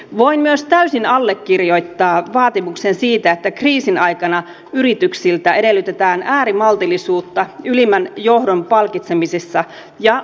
voin myös täysin allekirjoittaa vaatimuksen siitä että kriisin aikana yrityksiltä edellytetään äärimaltillisuutta ylimmän johdon palkitsemisessa ja osingoissa